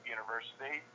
University